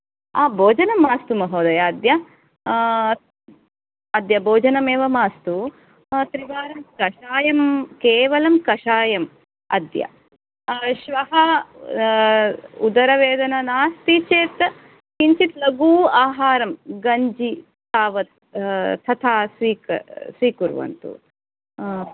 आम् भोजनं मास्तु महोदय अद्य अद्य भोजनमेव मास्तु त्रिवारं कषायं केवलं कषायं अध्य श्वः उदरवेदना नास्ति चेत् किञ्चित् लघु आहारं गञ्जि तावत् तथा स्वीक स्वीकुर्वन्तु